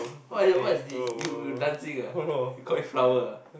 what what is this you dancing ah cauliflower ah